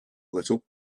little